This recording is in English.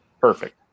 perfect